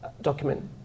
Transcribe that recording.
document